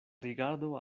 rigardo